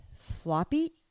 floppy